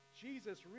Jesus